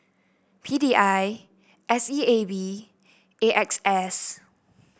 P D I S E A B and A X S